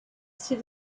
see